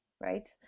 right